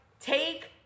take